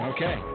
Okay